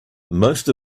most